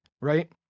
right